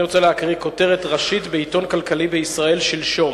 אני רוצה לקרוא כותרת ראשית בעיתון כלכלי בישראל שלשום.